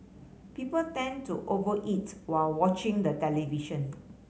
people tend to over eat while watching the television